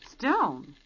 Stone